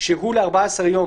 הוא ל-14 ימים